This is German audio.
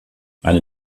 eine